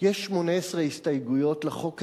יש 18 הסתייגויות לחוק הזה,